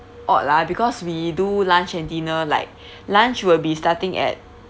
odd lah because we do lunch and dinner like lunch will be starting at